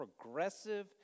progressive